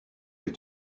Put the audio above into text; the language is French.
les